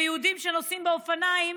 ויהודים שנוסעים באופניים